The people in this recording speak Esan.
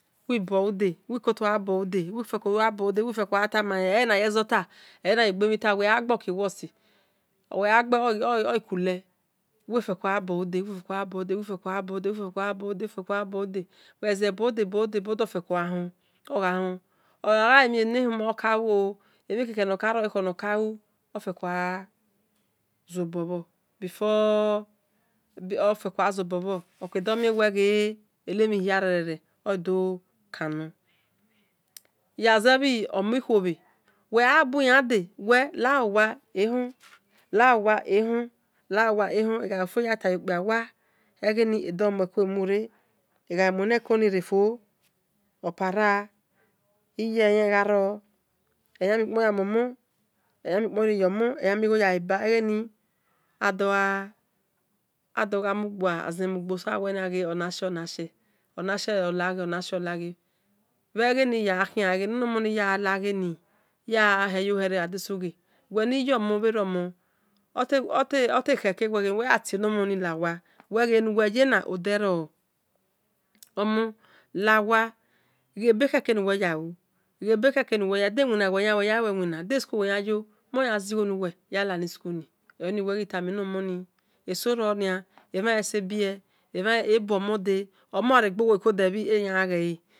Will buo-ude wil koto gha buoude wil feko gha tomale eenayezota ena yugbemhi ta wel gha gbe okie worst wel gha gbe okule wil feko gha buo-ude wil feko gha buo-ude wegha zebuo de buoude ofeko gha hon ogha ominenuma nor kaluo emhie keke nor karo khor nor kala ofeko gha zobo bhor before oke do mie ghe emhi hiaree odo kamu yaze bhi omi khuo bhe wel gha bui ande wel lawawa ehon eghalufo eya teta yokpia wa egheni edo mueko emure eghai muenekoni refo opara iye yan ghi gharor eyan miu kpon ya muo mon eya miu kpon reyor mor eyan migho ya leba egheni adogha mu gba zen mu gbo so wel ghe ni ona shie ona shie ona shie ghe ola ghe bhe gheni yagha khian eghe ne nor mon ni yagha lagha ni ya beyohere ni bhadasughe wel ni yom bhero mon ote khere unwell ya tie nor morni wel ghe enu wel yena ode ro omon lawa ghe bekhere nuwe ya lu de iwinu nor yalue winu da ischool wel yan yo mon yan zighe nuwel yala ni school ni erioweghi tamenor morni esoro nia emhale se bie esuo mode omon gha re gbowe yu kode bhi eyan gha ghele